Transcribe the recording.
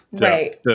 Right